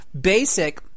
Basic